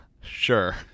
Sure